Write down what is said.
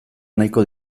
nahiko